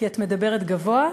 כי את מדברת גבוה,